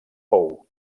pou